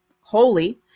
Holy